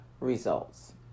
results